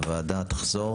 הוועדה תחזור